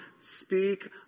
speak